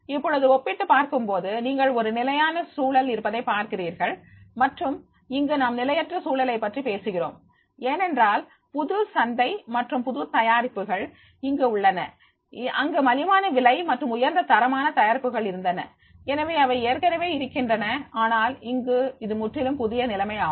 இப்பொழுது ஒப்பிட்டுப் பார்க்கும்போது நீங்கள் ஒரு நிலையான சூழல் இருப்பதை பார்க்கிறீர்கள் மற்றும் இங்கு நாம் நிலையற்ற சூழலைப் பற்றி பேசுகிறோம் ஏனென்றால் புது சந்தை மற்றும் புது தயாரிப்புகள் இங்கு உள்ளன அங்கு மலிவான விலை மற்றும் உயர்ந்த தரமான தயாரிப்புகள் இருந்தன எனவே அவை ஏற்கனவே இருக்கின்றன ஆனால் இங்கு இது முற்றிலும் புதிய நிலைமை ஆகும்